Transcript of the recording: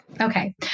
Okay